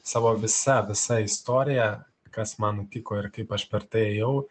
savo visa visa istorija kas man nutiko ir kaip aš per tai ėjau